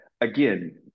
again